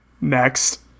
Next